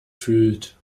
fühlt